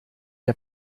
der